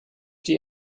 die